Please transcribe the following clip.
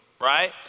right